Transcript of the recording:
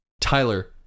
Tyler